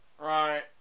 right